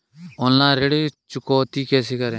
Online ऋण चुकौती कैसे करें?